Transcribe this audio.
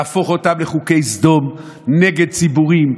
יהפוך אותם לחוקי סדום נגד ציבורים,